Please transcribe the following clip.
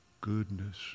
goodness